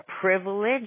privilege